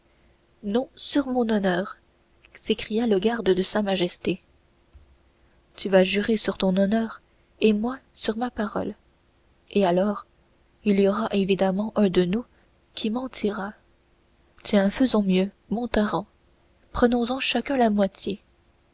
non sur mon honneur s'écria le garde de sa majesté tu vas jurer sur ton honneur et moi sur ma parole et alors il y aura évidemment un de nous deux qui mentira tiens faisons mieux montaran prenons en chacun la moitié